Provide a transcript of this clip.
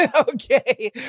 Okay